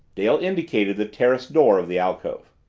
dale indicated the terrace door of the alcove.